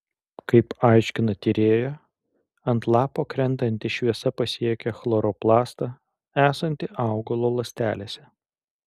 kaip aiškina tyrėja ant lapo krentanti šviesa pasiekia chloroplastą esantį augalo ląstelėse